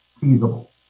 feasible